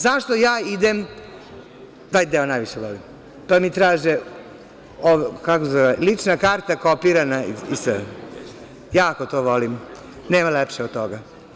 Zašto ja idem, taj deo najviše volim, pa mi traže lična karta, kopirana, jako to volim, nema lepše od toga.